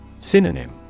Synonym